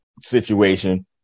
situation